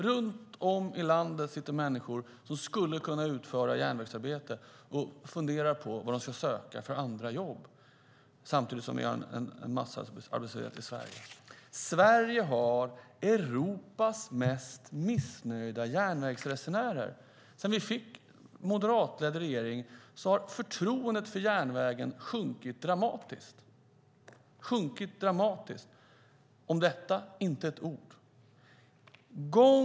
Runt om i landet sitter människor som skulle kunna utföra järnvägsarbete och funderar på vilka andra jobb de ska söka. Samtidigt har vi massarbetslöshet i landet. Sverige har Europas mest missnöjda järnvägsresenärer. Sedan vi fick en moderatledd regering har förtroendet för järnvägen sjunkit dramatiskt. Om detta sägs inte ett ord.